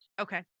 Okay